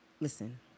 listen